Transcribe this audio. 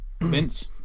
Vince